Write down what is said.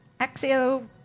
Axio